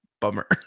bummer